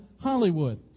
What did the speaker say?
Hollywood